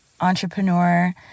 Entrepreneur